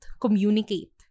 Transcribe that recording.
communicate